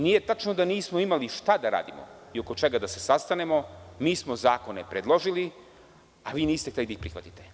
Nije tačno da nismo imali šta da radimo i oko čega da se sastanemo, mi smo zakone predložili, ali vi niste hteli da ih prihvatite.